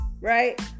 right